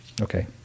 Okay